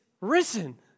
risen